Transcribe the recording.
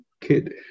kid